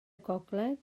gogledd